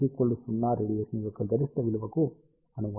కాబట్టి ψ 0 రేడియేషన్ యొక్క గరిష్ట విలువకు అనుగుణంగా ఉంటుంది